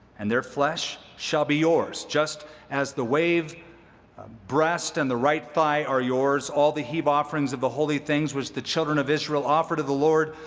and their flesh shall be yours, just as the wave breast and the right thigh are yours. all the heave offerings of the holy things, which the children of israel offer to the lord,